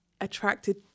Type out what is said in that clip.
attracted